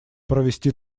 провести